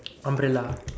umbrella